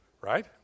right